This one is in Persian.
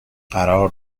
قرار